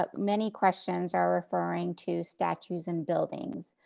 but many questions, are referring to statues and buildings.